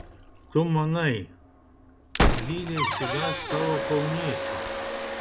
tu manai kad zylė išsigąs tavo kauniečių